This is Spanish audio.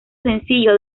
sencillo